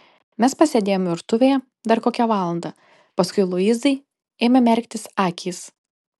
mes pasėdėjome virtuvėje dar kokią valandą paskui luizai ėmė merktis akys